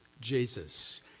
Jesus